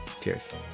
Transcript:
Cheers